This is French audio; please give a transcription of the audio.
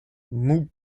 mout